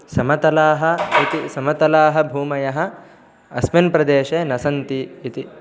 समतलाः इति समतलाः भूमयः अस्मिन् प्रदेशे न सन्ति इति